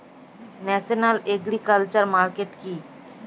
National agriculture market কি?